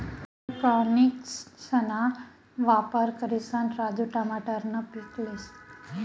हाइड्रोपोनिक्सना वापर करिसन राजू टमाटरनं पीक लेस